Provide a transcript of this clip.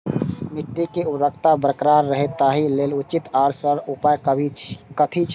मिट्टी के उर्वरकता बरकरार रहे ताहि लेल उचित आर सरल उपाय कथी छे?